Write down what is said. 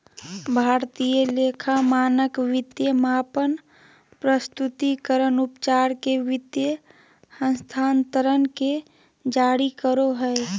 भारतीय लेखा मानक वित्तीय मापन, प्रस्तुतिकरण, उपचार के वित्तीय हस्तांतरण के जारी करो हय